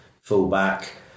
fullback